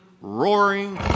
roaring